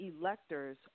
electors